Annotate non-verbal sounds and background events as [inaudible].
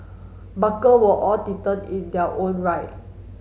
barker were all [unintelligible] in their own right